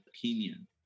opinion